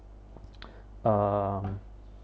um